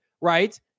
right